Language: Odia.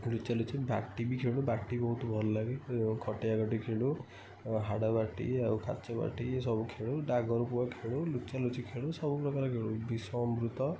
ଲୁଚାଲୁଚି ବାଟି ବି ଖେଳୁ ବାଟି ବହୁତୁ ଭଲ ଲାଗେ ଖଟେଆ ଖଟି ଖେଳୁ ଆଉ ହାଡ଼ ବାଟି ଆଉ କାଚ ବାଟି ସବୁ ଖେଳୁ ଡାବର ପୁଆ ଖେଳୁ ଲୁଚାଲୁଚି ଖେଳୁ ସବୁପ୍ରକାର ଖେଳୁ ବିଷ ଅମୃତ